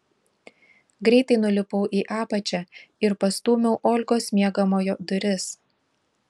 greitai nulipau į apačią ir pastūmiau olgos miegamojo duris